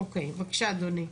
אוקיי, בבקשה אדוני.